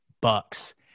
Bucks